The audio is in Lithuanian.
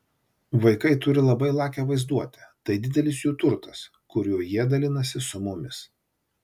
vaikai turi labai lakią vaizduotę tai didelis jų turtas kuriuo jie dalinasi ir su mumis